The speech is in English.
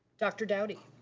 dr. dowdy.